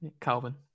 Calvin